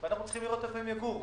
אנחנו צריכים לראות איפה הם יגורו.